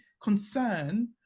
concern